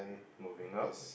moving up